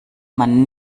man